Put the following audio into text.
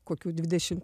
kokių dvidešim